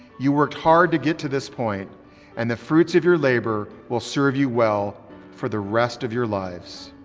you worked hard to get to this point and the fruits of your labor will serve you well for the rest of your lives.